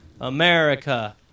america